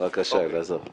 בבקשה, אלעזר.